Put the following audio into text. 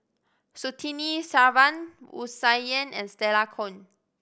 Surtini Sarwan Wu Tsai Yen and Stella Kon